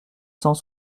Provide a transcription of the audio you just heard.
cent